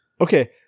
Okay